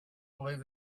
believed